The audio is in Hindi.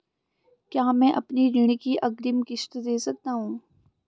क्या मैं अपनी ऋण की अग्रिम किश्त दें सकता हूँ?